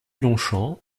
longchamps